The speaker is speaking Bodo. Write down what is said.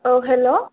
औ हेल'